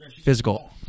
Physical